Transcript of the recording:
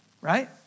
right